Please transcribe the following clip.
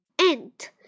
ant